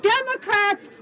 Democrats